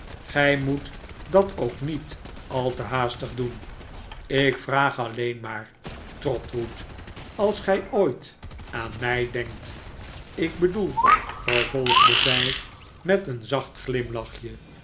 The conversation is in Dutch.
gij moet dat ook niet al te haastig doen ik vraag alleen maar trotwood als gij ooit aan mij denkt ik bedoel vervolgde zij met een zacht glimlachje